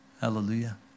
Hallelujah